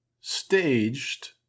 staged